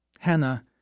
Hannah